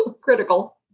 critical